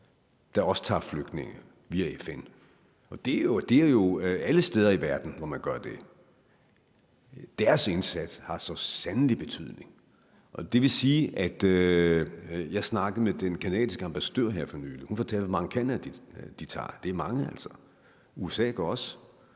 der også tager flygtninge via FN, og det er jo alle steder i verden, hvor man gør det, så sandelig har betydning. Jeg snakkede med den canadiske ambassadør her for nylig. Hun fortalte, hvor mange Canada tager, det er altså mange. USA tager også